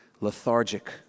lethargic